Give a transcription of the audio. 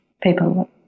people